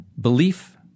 Belief